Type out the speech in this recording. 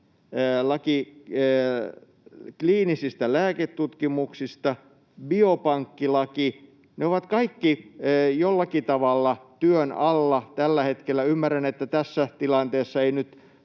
kliinisestä lääketutkimuksesta ja biopankkilaki, ja ne ovat kaikki jollakin tavalla työn alla tällä hetkellä. Ymmärrän, että tässä tilanteessa ei nyt